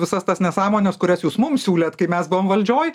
visas tas nesąmones kurias jūs mum siūlėt kai mes valdžioj